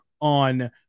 on